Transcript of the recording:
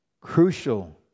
crucial